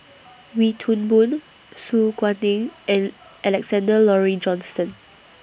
Wee Toon Boon Su Guaning and Alexander Laurie Johnston